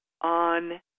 on